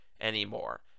anymore